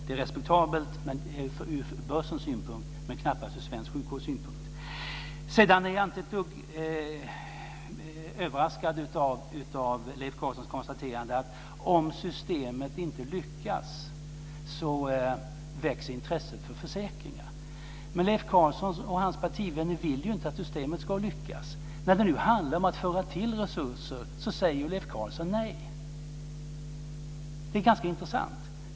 Det är respektabelt ur börsens synpunkt, men knappast ur svensk sjukvårds synpunkt. Sedan är jag inte ett dugg överraskad av Leif Carlsons konstaterande att intresset för försäkringar växer om systemet inte lyckas. Men Leif Carlson och hans partivänner vill ju inte att systemet ska lyckas. När det handlar om att föra till resurser säger Leif Carlson nej. Det är intressant.